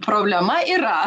problema yra